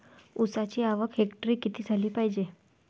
ऊसाची आवक हेक्टरी किती झाली पायजे?